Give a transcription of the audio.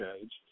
age